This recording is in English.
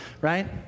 right